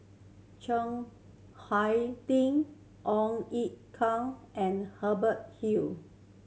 Chiang Hai Ding Ong Ye Kung and Hubert Hill